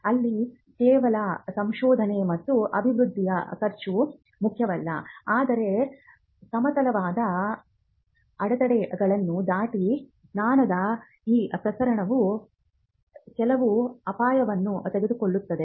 ಅಲ್ಲಿ ಕೇವಲ ಸಂಶೋಧನೆ ಮತ್ತು ಅಭಿವೃದ್ಧಿಯ ಖರ್ಚು ಮುಖ್ಯವಲ್ಲ ಆದರೆ ಸಮತಲವಾದ ಅಡೆತಡೆಗಳನ್ನು ದಾಟಿ ಜ್ಞಾನದ ಈ ಪ್ರಸರಣವು ಕೆಲವು ಅಪಾಯವನ್ನು ತೆಗೆದುಕೊಳ್ಳುತ್ತದೆ